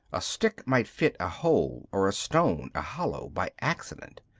a stick might fit a hole or a stone a hollow by accident.